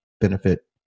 benefit